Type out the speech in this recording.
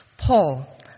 Paul